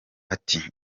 ati